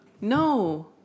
no